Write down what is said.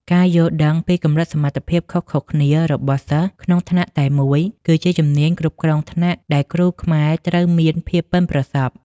ការយល់ដឹងពីកម្រិតសមត្ថភាពខុសៗគ្នារបស់សិស្សក្នុងថ្នាក់តែមួយ គឺជាជំនាញគ្រប់គ្រងថ្នាក់ដែលគ្រូខ្មែរត្រូវមានភាពប៉ិនប្រសប់។